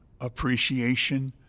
appreciation